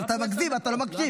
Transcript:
אבל אתה מגזים, אתה לא מקשיב.